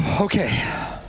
Okay